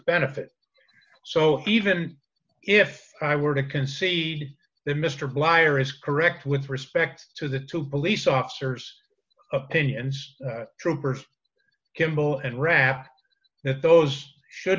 benefit so even if i were to concede the mr liar is correct with respect to the two police officers opinions troopers kimball and raf that those should